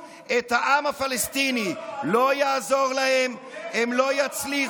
אתה פשוט נותן לו יותר זמן אם אתה רוצה.